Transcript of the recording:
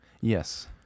Yes